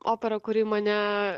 opera kuri mane